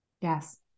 Yes